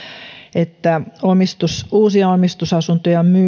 että uusia omistusasuntoja